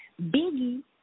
Biggie